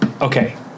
Okay